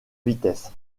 vitesse